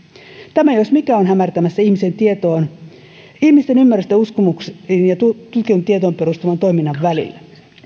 tämä jos mikä on hämärtämässä ihmisten ymmärrystä uskomuksiin ja tutkittuun tietoon perustuvan toiminnan välillä